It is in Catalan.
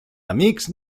amics